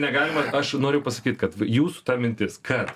negalima aš noriu pasakyt kad va jūsų ta mintis kad